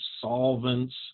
solvents